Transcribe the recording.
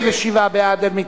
החלת החוק על בעל מוסד חינוך),